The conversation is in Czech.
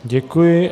Děkuji.